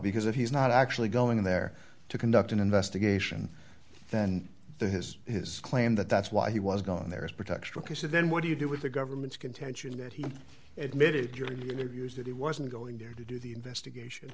because if he's not actually going in there to conduct an investigation then the his his claim that that's why he was gone there is protection ok so then what do you do with the government's contention that he admitted your views that he wasn't going there to do the investigation